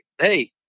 hey